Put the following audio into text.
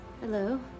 Hello